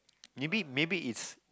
maybe maybe is